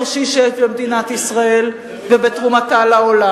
בהון האנושי שיש במדינת ישראל ובתרומתה לעולם.